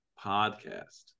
podcast